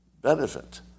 benefit